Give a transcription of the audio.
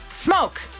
Smoke